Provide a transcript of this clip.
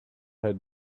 had